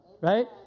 right